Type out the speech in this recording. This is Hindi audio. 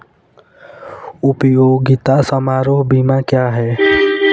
उपयोगिता समारोह बीमा क्या है?